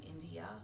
India